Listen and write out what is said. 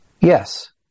Yes